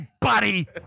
buddy